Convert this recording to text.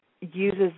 uses